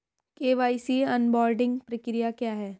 KYC onboarding प्रक्रिया क्या है?